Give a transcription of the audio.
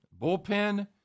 bullpen